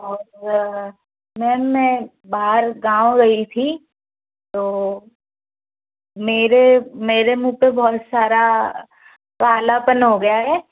और मैम मैं बाहर गाँव गई थी तो मेरे मेरे मुँह पे बहुत सारा कालापन हो गया है